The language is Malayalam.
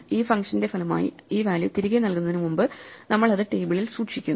ഈ ഫംഗ്ഷന്റെ ഫലമായി ഈ വാല്യൂ തിരികെ നൽകുന്നതിനുമുമ്പ് നമ്മൾ അത് ടേബിളിൽ സൂക്ഷിക്കുന്നു